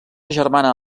germana